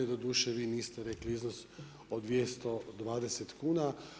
Doduše vi niste rekli iznos od 220 kuna.